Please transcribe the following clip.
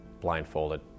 blindfolded